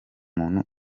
muntu